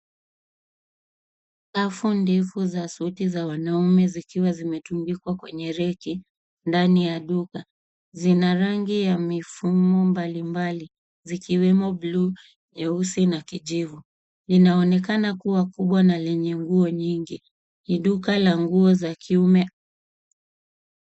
Rafu ndefu za suti za wanaume, zikiwa zimetundikwa kwenye reki, ndani ya duka. Zina rangi ya mifumo mbali mbali zikiwemo buluu, nyeusi na kijivu. Linaonekana kuwa kubwa na lenye nguo nyingi, ni duka la nguo za kiume.